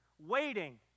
waiting